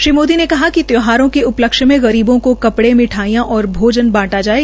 श्री मोदी ने कहा कि त्यौहारों के उपलक्ष्य में गरीबों को कपड़े मिठाईयां और भोजन बांटा जाये